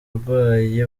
burwayi